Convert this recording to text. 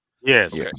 yes